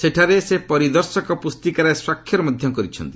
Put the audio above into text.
ସେଠାରେ ସେ ପରିଦର୍ଶକ ପୁସ୍ତିକାରେ ସ୍ୱାକ୍ଷର ମଧ୍ୟ କରିଛନ୍ତି